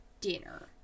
dinner